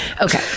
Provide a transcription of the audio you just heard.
Okay